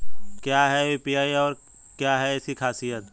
क्या है यू.पी.आई और क्या है इसकी खासियत?